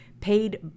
paid